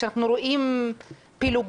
כשאנחנו רואים פילוג,